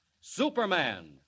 Superman